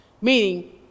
meaning